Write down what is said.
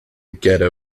ghetto